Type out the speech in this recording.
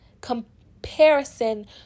comparison